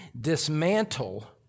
dismantle